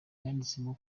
yanditsemo